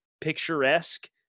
picturesque